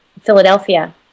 Philadelphia